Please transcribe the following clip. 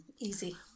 Easy